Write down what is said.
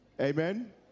amen